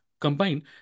combine